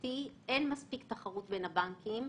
להבנתי אין מספיק תחרות בין הבנקים,